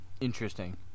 interesting